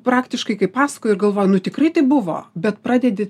praktiškai kaip pasakoj ir galvoji nu tikrai taip buvo bet pradedi